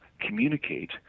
communicate